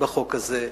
בחוק הזה,